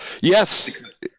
Yes